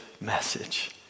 message